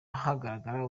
hagaragara